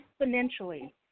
exponentially